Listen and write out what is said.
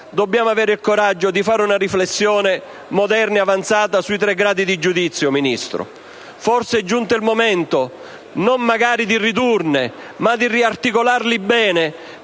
dobbiamo avere il coraggio di fare una riflessione moderna e avanzata sui tre gradi di giudizio. Forse è giunto il momento non magari di ridurli ma di articolarli bene,